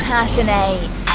Passionate